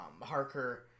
harker